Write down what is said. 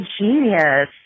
genius